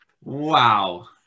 Wow